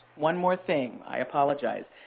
one more thing. i apologize.